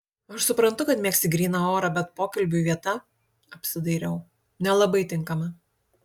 aš suprantu kad mėgsti gryną orą bet pokalbiui vieta apsidairiau nelabai tinkama